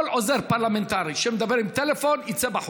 כל עוזר פרלמנטרי שמדבר בטלפון יצא בחוץ.